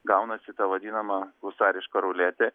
gaunasi ta vadinama husariška ruletė